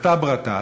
אתה בראתה,